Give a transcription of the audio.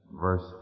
verse